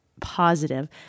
positive